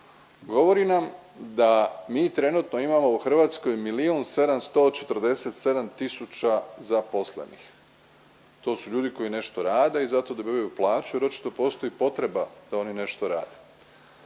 Govori nam da mi trenutno imamo u Hrvatskoj 1.747.000 zaposlenih, to su ljudi koji nešto rade i za to dobivaju plaću jer očito postoji potreba da oni nešto rade.